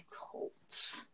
Colts